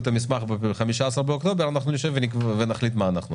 את המסמך ב-15 באוקטובר אנחנו נשב ונחליט מה אנחנו עושים.